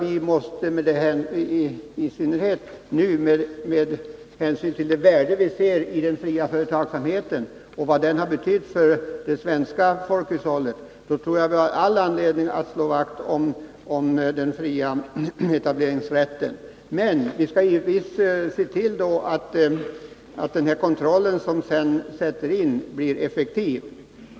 I synnerhet med hänsyn till det värde vi nu ser i den fria företagsamheten och vad den har betytt för det svenska folkhushållet tror jag att vi har all anledning att slå vakt om den fria etableringsrätten. Men vi skall givetvis se till att den här kontrollen, som sedan sätts in, blir effektiv.